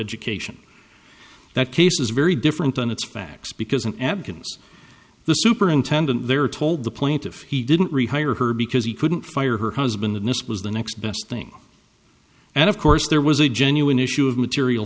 education that case is very different on its facts because an abcess the superintendent there told the plaintiff he didn't rehire her because he couldn't fire her husband and this was the next best thing and of course there was a genuine issue of material